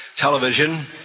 television